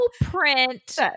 print